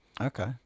Okay